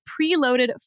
preloaded